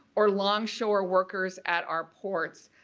or longshore workers at our ports,